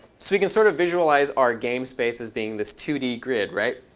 so we can sort of visualize our game space as being this two d grid, right?